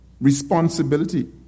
responsibility